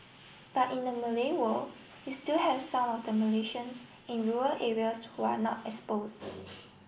but in the Malay world you still have some of the Malaysians in rural areas who are not exposed